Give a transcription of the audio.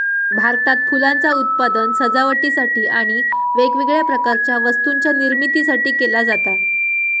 भारतात फुलांचा उत्पादन सजावटीसाठी आणि वेगवेगळ्या प्रकारच्या वस्तूंच्या निर्मितीसाठी केला जाता